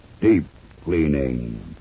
Deep-cleaning